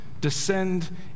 descend